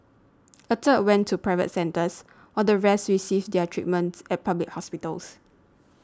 a third went to private centres while the rest received their treatments at public hospitals